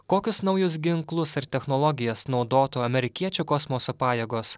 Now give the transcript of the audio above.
kokius naujus ginklus ar technologijas naudotų amerikiečių kosmoso pajėgos